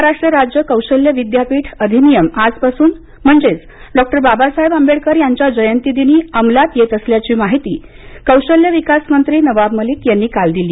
महाराष्ट्र राज्य कौशल्य विद्यापीठ अधिनियम आजपासून म्हणजे डॉ बाबासाहेब आंबेडकर यांच्या जयंतीदिनी अंमलात येत असल्याची माहिती कौशल्य विकास मंत्री नवाब मलिक यांनी काल दिली